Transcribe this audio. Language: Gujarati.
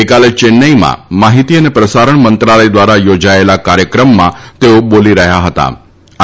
ગઈકાલે યેન્નાઈમાં માહિતી અને પ્રસારણ મંત્રાલય દ્વારા યોજાયેલા કાર્યક્રમમાં તેઓ બોલી રહ્યા હતાઆ